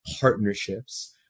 partnerships